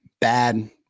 bad